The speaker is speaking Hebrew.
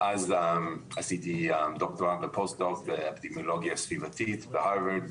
עשיתי דוקטורט ופוסט דוקטורט באפידמיולוגיה סביבתית בהרווארד,